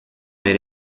era